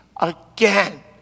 again